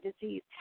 disease